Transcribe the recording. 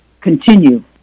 continue